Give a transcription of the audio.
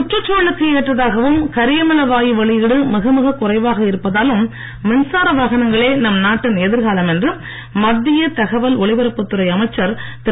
சுற்றுச் சூழலுக்கு ஏற்றதாகவும் கரியமில வாயு வெளியீடு மிகமிகக் இருப்பதாலும் மின்சார வாகனங்களே நம் நாட்டின் குறைவாக எதிர்காலம் என்று மத்திய தகவல் ஒலிபரப்புத் துறை அமைச்சர் திரு